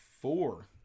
four